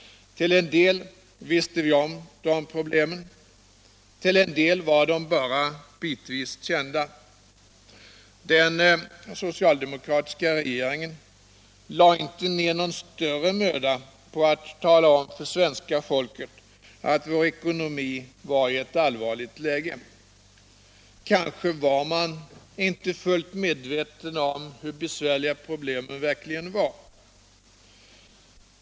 Till en del visste vi om problemen, till en del var de bara bitvis kända. Den socialdemokratiska regeringen lade inte ner någon större möda på att tala om för svenska folket att vår ekonomi var i ett allvarligt läge. Kanske var man inte fullt medveten om hur besvärliga problemen verkligen var.